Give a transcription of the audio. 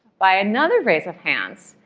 by another raise of hands,